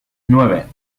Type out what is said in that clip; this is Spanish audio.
nueve